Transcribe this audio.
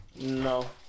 no